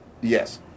Yes